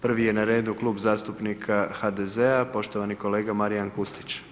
Prvi je na redu klub zastupnika HDZ-a, poštovani kolega Marijan Kustić.